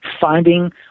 finding